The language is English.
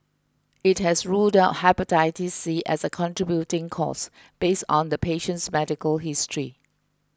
it has ruled out Hepatitis C as a contributing cause based on the patient's medical history